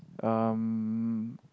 um